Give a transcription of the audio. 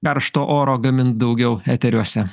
karšto oro gamint daugiau eteriuose